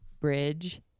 bridge